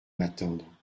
m’attendre